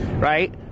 right